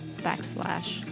backslash